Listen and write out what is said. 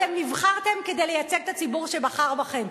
אתם נבחרתם כדי לייצג את הציבור שבחר בכם,